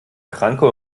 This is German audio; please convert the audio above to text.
kranke